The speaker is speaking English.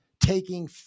taking